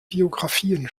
biografien